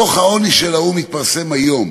דוח העוני של האו"ם התפרסם היום: